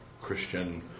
Christian